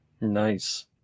Nice